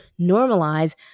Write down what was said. normalize